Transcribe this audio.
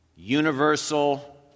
universal